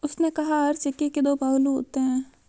उसने कहा हर सिक्के के दो पहलू होते हैं